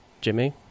jimmy